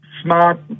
smart